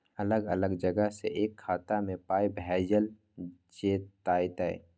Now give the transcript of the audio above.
अलग अलग जगह से एक खाता मे पाय भैजल जेततै?